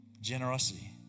Generosity